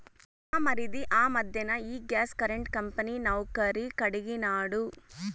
మా మరిది ఆ మధ్దెన ఈ గ్యాస్ కరెంటు కంపెనీ నౌకరీ కడిగినాడు